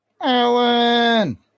alan